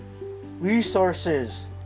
resources